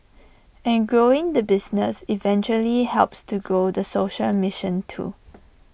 and growing the business eventually helps to grow the social mission too